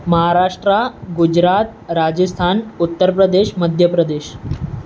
Maharashtra Gujarat Rajasthan Uttar Pradesh Madhya Pradesh